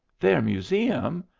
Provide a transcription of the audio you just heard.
their museum!